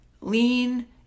Lean